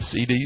CDs